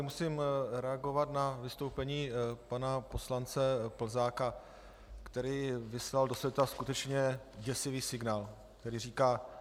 Musím reagovat na vystoupení pana poslance Plzáka, který vyslal do světa skutečně děsivý signál, když říká